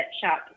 shop